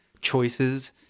choices